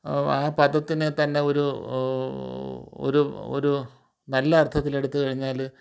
ആ പറ്റത്തിനെ തന്നെ ഒരു ഒരു ഒരു നല്ല അർത്ഥത്തിൽ എടുത്തു കഴിഞ്ഞാൽ